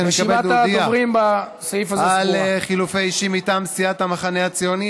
אני שמח להודיע על חילופי אישים מטעם סיעת המחנה הציוני